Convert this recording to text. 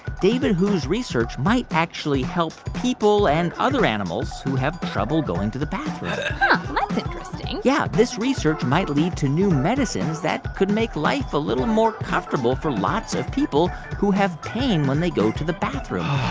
david hu's research might actually help people and other animals who have trouble going to the bathroom huh. that's interesting yeah. this research might lead to new medicines that could make life a little more comfortable for lots of people who have pain when they go to the bathroom.